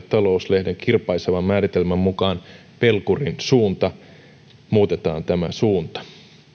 talous lehden kirpaisevan määritelmän mukaan pelkurin suunta muutetaan tämä suunta